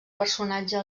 personatge